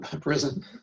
Prison